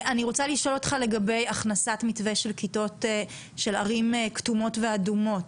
אני רוצה לשאול אותך לגבי הכנסת מתווה של כיתות של ערים כתומות ואדומות,